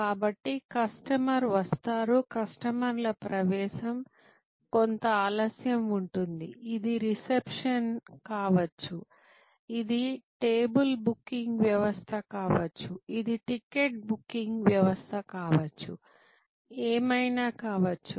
కాబట్టి కస్టమర్ వస్తారు కస్టమర్ల ప్రవేశం కొంత ఆలస్యం ఉంటుంది ఇది రిసెప్షన్ కావచ్చు ఇది టేబుల్ బుకింగ్ వ్యవస్థ కావచ్చు ఇది టికెట్ బుకింగ్ వ్యవస్థ కావచ్చు ఏమైనా కావచ్చు